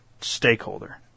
stakeholder